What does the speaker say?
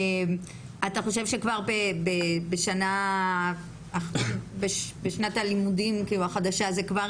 אתה חושב שכבר בשנת הלימודים החדשה זה יהיה